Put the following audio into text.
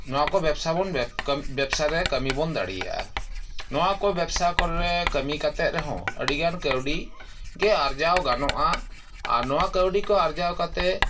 ᱱᱚᱣᱟ ᱠᱚ ᱵᱮᱵᱥᱟ ᱵᱚᱱ ᱠᱚᱢ ᱵᱮᱵᱥᱟ ᱨᱮ ᱠᱟᱹᱢᱤ ᱵᱚᱱ ᱫᱟᱲᱮᱭᱟᱜᱼᱟ ᱱᱚᱣᱟ ᱠᱚ ᱵᱮᱵᱥᱟ ᱠᱚᱨᱮ ᱠᱟᱹᱢᱤ ᱠᱟᱛᱮᱫ ᱨᱮᱦᱚᱸ ᱟᱹᱰᱤᱜᱟᱱ ᱠᱟᱹᱣᱰᱤ ᱜᱮ ᱟᱨᱡᱟᱣ ᱜᱟᱱᱚᱜᱼᱟ ᱟᱨ ᱱᱚᱣᱟ ᱠᱟᱹᱣᱰᱤ ᱠᱚ ᱟᱨᱡᱟᱣ ᱠᱟᱛᱮᱫ